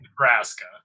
Nebraska